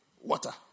water